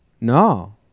No